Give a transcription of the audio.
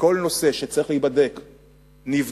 שכל נושא שצריך להיבדק נבדק,